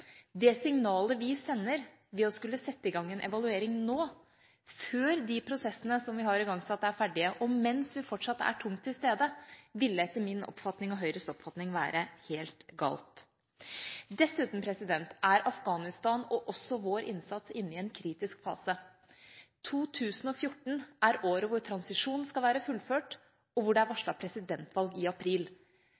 Det signalet vi sender ved å skulle sette i gang en evaluering nå – før de prosessene vi har igangsatt, er ferdige, og mens vi fortsatt er tungt til stede – ville etter min og Høyres oppfatning være helt galt. Dessuten er Afghanistan – og også vår innsats – inne i en kritisk fase. 2014 er året da transisjonen skal være fullført, og det er